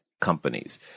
companies